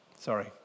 Sorry